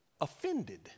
offended